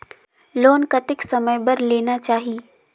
Loan कतेक समय बर लेना चाही?